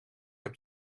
heb